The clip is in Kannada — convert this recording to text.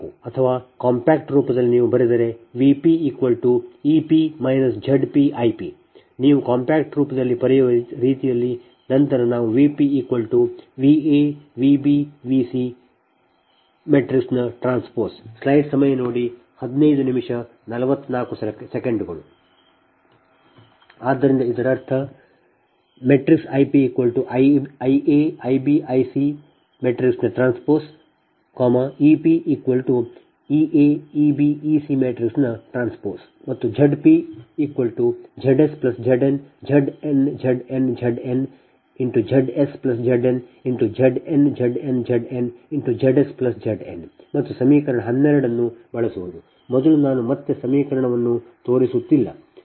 ಅಥವಾ ಕಾಂಪ್ಯಾಕ್ಟ್ ರೂಪದಲ್ಲಿ ನೀವು ಬರೆದರೆ V p E p Z p I p ನೀವು ಕಾಂಪ್ಯಾಕ್ಟ್ ರೂಪದಲ್ಲಿ ಬರೆಯುವ ರೀತಿಯಲ್ಲಿ ನಂತರ ನಾವು VpVa Vb Vc T ಆದ್ದರಿಂದ ಇದರ ಅರ್ಥ IpIa Ib Ic T EpEa Eb Ec T ಮತ್ತು ZpZsZn Zn Zn Zn ZsZn Zn Zn Zn ZsZn ಮತ್ತು ಸಮೀಕರಣ 12 ಅನ್ನು ಬಳಸುವುದು ಮೊದಲು ನಾನು ಮತ್ತೆ 12 ಸಮೀಕರಣವನ್ನು ತೋರಿಸುತ್ತಿಲ್ಲ V p AV s